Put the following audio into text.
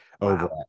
over